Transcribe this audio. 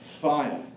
fire